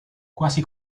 quasi